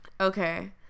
Okay